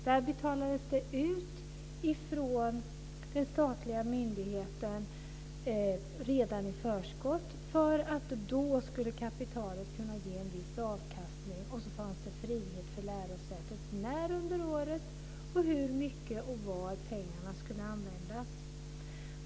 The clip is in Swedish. Där betalades det ut pengar från den statliga myndigheten redan i förskott för att kapitalet skulle kunna ge en viss avkastning. Så fanns det frihet för lärosätet att bestämma när under året pengarna skulle användas samt hur mycket som skulle användas och var.